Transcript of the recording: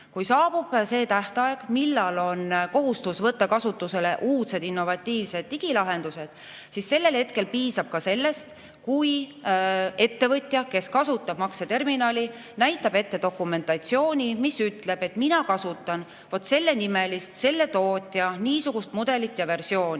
Kui saabub see tähtaeg, millal on kohustus võtta kasutusele uudsed innovatiivsed digilahendused, siis sellel hetkel piisab ka sellest, kui ettevõtja, kes kasutab makseterminali, näitab ette dokumentatsiooni, mis ütleb, et mina kasutan selle tootja niisugust mudelit ja versiooni,